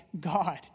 God